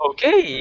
Okay